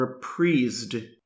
reprised